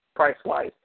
price-wise